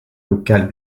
local